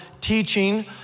teaching